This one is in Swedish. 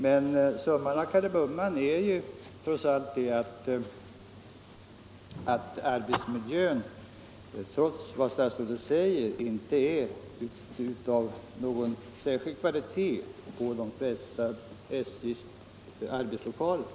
Men summan av kardemumman är att arbetsmiljön, trots vad statsrådet säger, inte är av någon särskilt hög kvalitet i de flesta av SJ:s arbetslokaler.